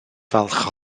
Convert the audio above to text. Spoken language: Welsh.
falch